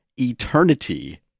eternity